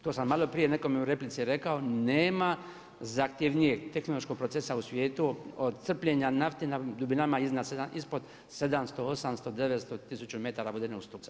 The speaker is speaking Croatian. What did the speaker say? To sam malo prije nekome u replici rekao nema zahtjevnijeg tehnološkog procesa u svijetu od crpljenja nafte na dubinama ispod 700, 800, 900, 1000 metara vodenog stupca.